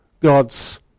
God's